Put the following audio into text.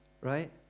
right